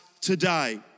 today